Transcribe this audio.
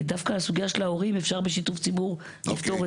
דווקא את הסוגיה של ההורים אפשר בשיתוף ציבור לפתור.